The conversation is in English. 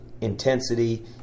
intensity